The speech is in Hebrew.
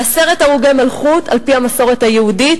ועשרת הרוגי מלכות על-פי המסורת היהודית